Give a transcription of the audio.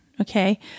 okay